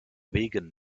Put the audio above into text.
wegen